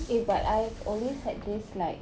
eh but I have always had this like